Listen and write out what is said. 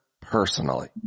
personally